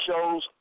shows